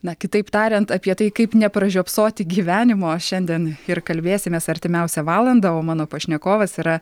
na kitaip tariant apie tai kaip nepražiopsoti gyvenimo šiandien ir kalbėsimės artimiausią valandą o mano pašnekovas yra